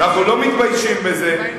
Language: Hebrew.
אנחנו לא מתביישים בזה.